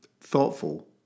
thoughtful